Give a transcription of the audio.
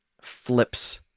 flips